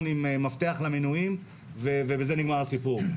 עם מפתח למנויים ובזה נגמר הסיפור.